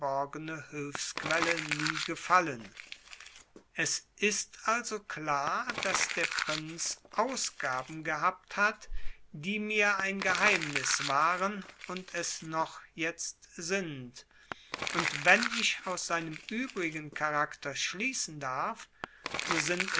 hülfsquelle nie gefallen es ist also klar daß der prinz ausgaben gehabt hat die mir ein geheimnis waren und es noch jetzt sind und wenn ich aus seinem übrigen charakter schließen darf so sind